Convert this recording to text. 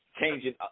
changing